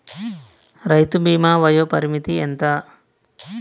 రైతు బీమా వయోపరిమితి ఎంత?